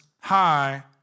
high